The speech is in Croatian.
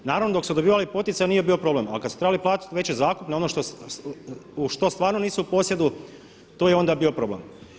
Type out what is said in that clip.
Naravno da dok su dobivali poticaje nije bio problem, a kad su trebali platiti veće zakupe, ono u što stvarno nisu u posjedu to je onda bio problem.